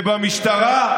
ובמשטרה?